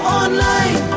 online